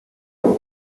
rally